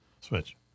Switch